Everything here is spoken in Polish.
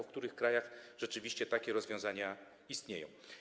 W których krajach rzeczywiście takie rozwiązania istnieją?